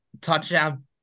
touchdown